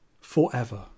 forever